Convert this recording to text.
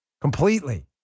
completely